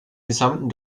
gesamten